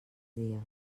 dies